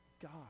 God